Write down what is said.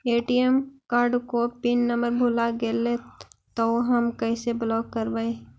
ATM card को PIN number भुला गैले तौ हम कैसे ब्लॉक करवै?